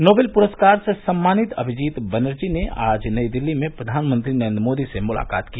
Nobel पुरस्कार से सम्मानित अभिजीत बनर्जी ने आज नई दिल्ली में प्रधानमंत्री नरेन्द्र मोदी से मुलाकात की